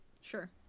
Sure